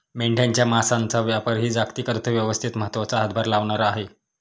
मेंढ्यांच्या मांसाचा व्यापारही जागतिक अर्थव्यवस्थेत महत्त्वाचा हातभार लावणारा आहे